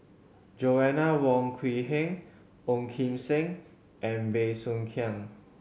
Joanna Wong Quee Heng Ong Kim Seng and Bey Soo Khiang